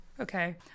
Okay